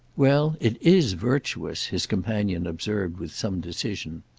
well, it is virtuous, his companion observed with some decision.